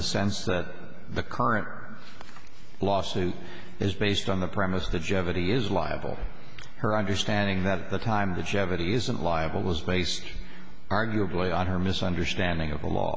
the sense that the current lawsuit is based on the premise the jeopardy is liable her understanding that the time of the jeopardy isn't liable was based arguably on her misunderstanding of